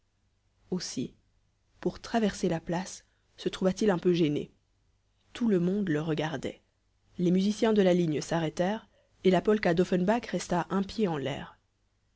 aussi pour traverser la place se trouva-t-il un peu gêné tout le monde le regardait les musiciens de la ligne s'arrêtèrent et la polka d'offenbach resta un pied en l'air